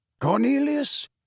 Cornelius